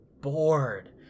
bored